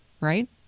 right